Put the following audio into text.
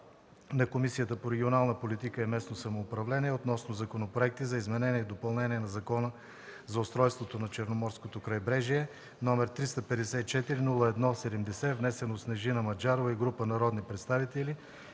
на Комисията по регионална политика и местно самоуправление относно законопроекти за изменение и допълнение на Закона за устройството на Черноморското крайбрежие, № 354-01-72, внесен от Снежина Маджарова и група народни представители,